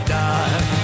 die